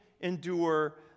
endure